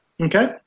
okay